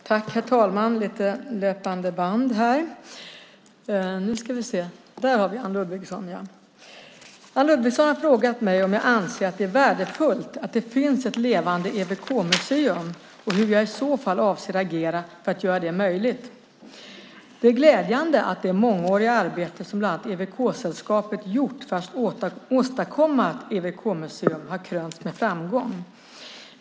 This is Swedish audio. Herr talman! Anne Ludvigsson har frågat mig om jag anser att det är värdefullt att det finns ett levande EWK-museum, och hur jag i så fall avser att agera för att göra det möjligt. Det är glädjande att det mångåriga arbete som bland annat EWK-sällskapet gjort för att åstadkomma ett EWK-museum har krönts med framgång.